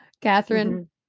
Catherine